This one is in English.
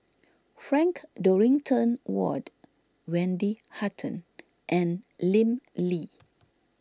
Frank Dorrington Ward Wendy Hutton and Lim Lee